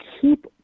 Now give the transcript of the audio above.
keep